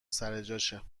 سرجاشه